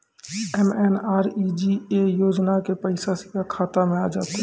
MNREGA योजना के पैसा सीधा खाता मे आ जाते?